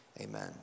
amen